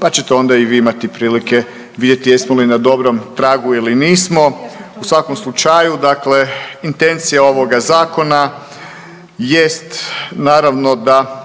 pa ćete onda i vi imati prilike vidjeti jesmo li na dobrom pragu ili nismo. U svakom slučaju, dakle intencija ovog zakona jest naravno da